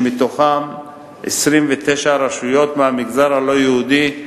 שמתוכן 29 רשויות מהמגזר הלא-יהודי,